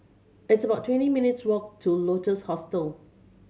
it's about twenty minutes' walk to Lotus Hostel